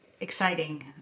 exciting